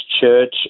church